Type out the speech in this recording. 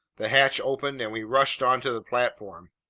the hatch opened and we rushed onto the platform.